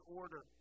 order